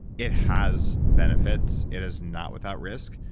it has benefits. it is not without risk.